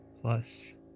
plus